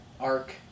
arc